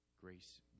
Grace